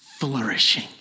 flourishing